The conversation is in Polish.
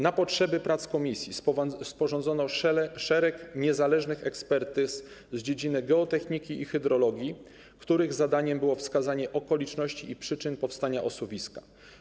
Na potrzeby prac komisji sporządzono szereg niezależnych ekspertyz z dziedziny geotechniki i hydrologii, których zadaniem było wskazanie okoliczności i przyczyn powstania osuwiska.